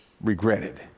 regretted